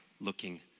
looking